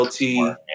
LT